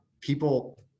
people